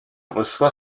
reçoit